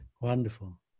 Wonderful